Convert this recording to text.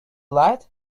light